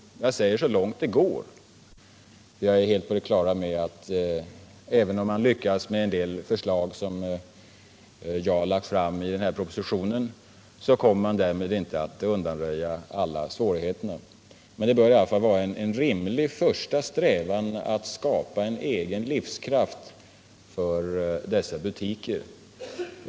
Jag säger ”så långt det går”, eftersom jag är helt på det klara med att man, även om en del av de förslag som jag lagt fram i propositionen leder till positiva resultat, därmed inte kommer att kunna undanröja alla svårigheter. Men det bör ändå vara en rimlig första strävan att skapa en egen livskraft hos dessa butiker.